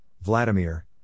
Vladimir